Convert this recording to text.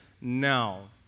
now